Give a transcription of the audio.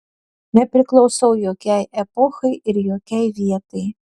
nepriklausau jokiai epochai ir jokiai vietai